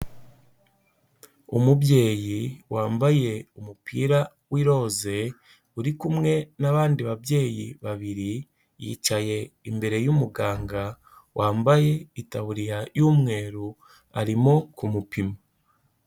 Umubyeyi wambaye umupira w'iroze uri kumwe n'abandi babyeyi babiri, yicaye imbere y'umuganga wambaye itaburiya y'umweru arimo kumupima.